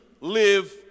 live